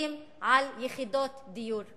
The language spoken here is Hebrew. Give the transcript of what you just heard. שמבוססים על יחידות דיור.